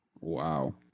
Wow